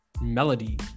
melody